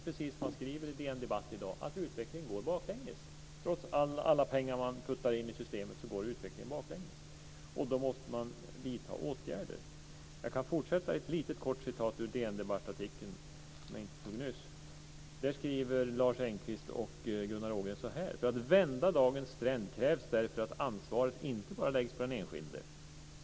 Precis som det framgår av DN Debatt i dag går utvecklingen baklänges. Trots alla pengar som puttas in i systemet går utvecklingen baklänges. Då måste man vidta åtgärder. Jag ska fortsätta med ett kort citat ur DN-Debattartikeln. Lars Engqvist och Gunnar Ågren skriver följande: "För att vända dagens trend krävs därför att ansvaret inte bara läggs på den enskilde.